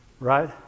Right